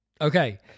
Okay